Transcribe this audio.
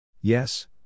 Yes